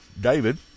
david